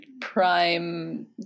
prime